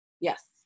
Yes